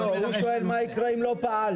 הוא שואל מה קורה אם לא פעלת.